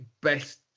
best